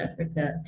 Africa